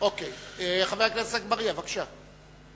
חבר הכנסת אגבאריה, בבקשה.